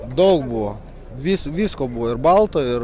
daug buvo vis visko buvo ir balto ir